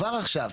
כבר עכשיו,